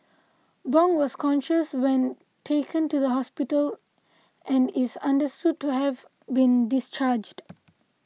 bong was conscious when taken to hospital and is understood to have been discharged